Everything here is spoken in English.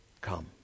come